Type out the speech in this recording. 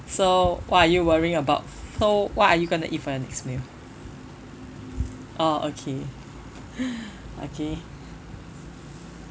so what are you worrying about so what are you gonna eat for your next meal orh okay okay